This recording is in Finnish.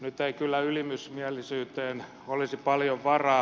nyt ei kyllä ylimysmielisyyteen olisi paljon varaa